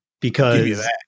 Because-